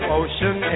ocean